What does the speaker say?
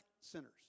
sinners